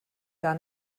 gar